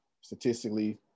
statistically